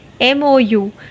MOU